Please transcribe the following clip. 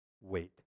wait